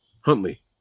Huntley